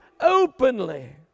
openly